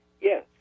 Yes